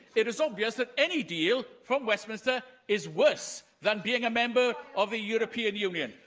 it is obvious that any deal from westminster is worse than being a member of the european union.